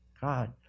God